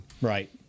Right